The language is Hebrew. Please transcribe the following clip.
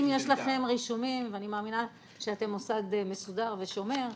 אם יש לכם רישומים ואני מאמינה שאתם מוסד מסודר ושומר,